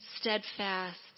steadfast